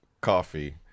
coffee